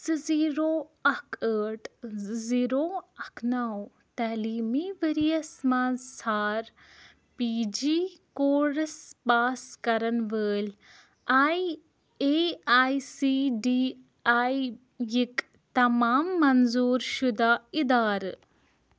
زٕ زیٖرو اَکھ ٲٹھ زٕ زیٖرو اَکھ نَو تعلیٖمی ؤریَس مَنٛز ژھار پی جی کورٕس پاس کَرَن وٲلۍ I A I C D I یِک تمام منظوٗر شُدہ اِدارٕ